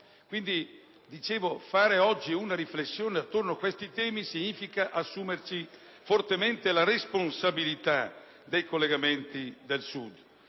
Quindi, fare oggi una riflessione attorno a questi temi significa assumerci fortemente la responsabilità dei collegamenti del Sud;